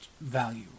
value